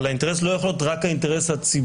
אבל האינטרס לא יכול להיות רק האינטרס הציבורי.